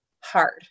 hard